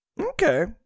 Okay